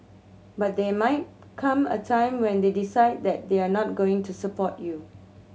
but there might come a time when they decide that they're not going to support you